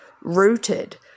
rooted